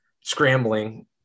scrambling